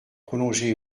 prolongé